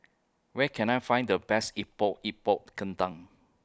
Where Can I Find The Best Epok Epok Kentang